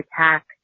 attack